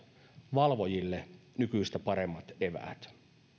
valvojille nykyistä paremmat eväät